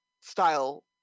style